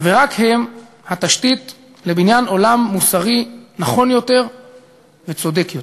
ורק הם התשתית לבניין עולם מוסרי נכון יותר וצודק יותר.